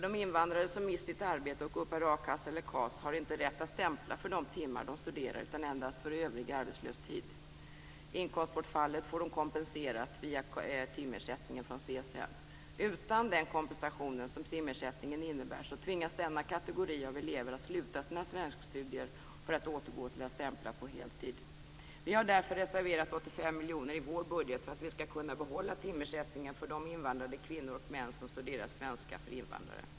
De invandrare som mist sitt arbete och uppbär a-kassa eller KAS har inte rätt att stämpla för de timmar de studerar utan endast för övrig arbetslös tid. Inkomstbortfallet får de kompenserat via timersättningen från CSN. Utan den kompensation som timersättningen innebär tvingas denna kategori elever att sluta sina svenskstudier för att återgå till att stämpla på heltid. Vi har därför reserverat 85 miljoner i vår budget för att vi skall kunna behålla timersättningen för de invandrade kvinnor och män som studerar svenska för invandrare.